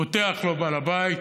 פותח לו בעל הבית,